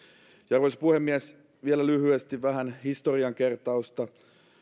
arvoisa puhemies vielä lyhyesti vähän historian kertausta